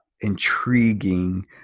intriguing